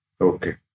Okay